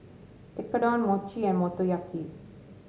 Tekkadon Mochi and Motoyaki